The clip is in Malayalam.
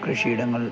കൃഷിയിടങ്ങൾ